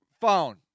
phone